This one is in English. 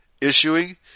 issuing